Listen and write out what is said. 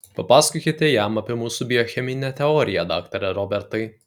papasakokite jam apie mūsų biocheminę teoriją daktare robertai